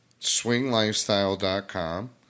SwingLifestyle.com